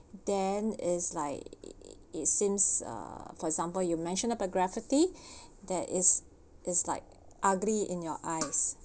then it's like it seems uh for example you mention about graffiti that is is like ugly in your eyes